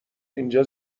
اینجا